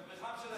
במרחק של,